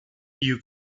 you